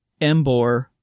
Embor